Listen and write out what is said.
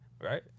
right